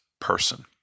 person